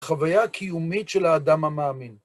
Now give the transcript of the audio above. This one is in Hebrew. חוויה קיומית של האדם המאמין.